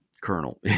colonel